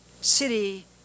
City